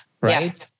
right